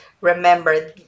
remember